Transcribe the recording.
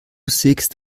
sägst